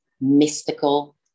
mystical